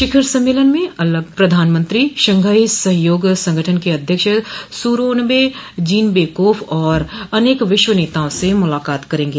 शिखर सम्मेलन से अलग प्रधानमंत्री शंघाई सहयोग संगठन के अध्यक्ष सूरोनबे जीनबेकोफ और अनेक विश्व नेताओं से मुलाकात करेंगे